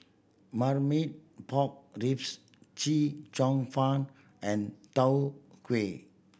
Marmite Pork Ribs Chee Cheong Fun and Tau Huay